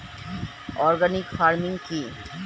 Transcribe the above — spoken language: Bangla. অর্গানিক ফার্মিং কি?